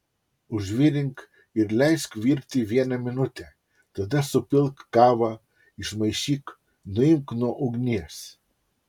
užvirink ir leisk virti vieną minutę tada supilk kavą išmaišyk nuimk nuo ugnies